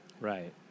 Right